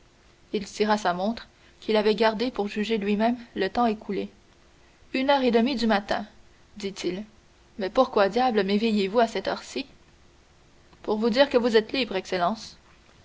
il tira sa montre qu'il avait gardée pour juger lui-même le temps écoulé une heure et demie du matin dit-il mais pourquoi diable méveillez vous à cette heure-ci pour vous dire que vous êtes libre excellence